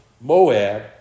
Moab